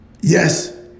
Yes